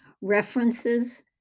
references